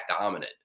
dominant